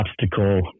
obstacle